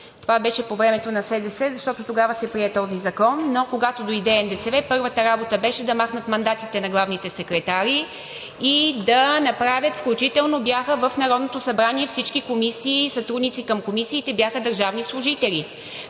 Това беше по времето на СДС, защото тогава се прие този закон. Но когато дойде НДСВ, първата работа беше да махнат мандатите на главните секретари и да направят, включително в Народното събрание, всички комисии и сътрудници към комисиите бяха държавни служители.